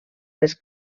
les